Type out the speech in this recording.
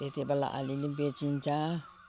त्यति बेला अलिअलि बेचिन्छ